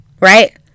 right